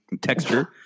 texture